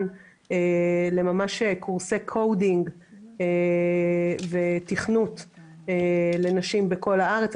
לממש קורסי coding ותכנות לנשים בכל הארץ.